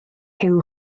huw